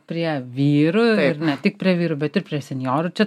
prie vyrų ir ne tik prie vyrų bet ir prie senjorų čia